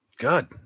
Good